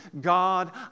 God